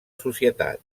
societat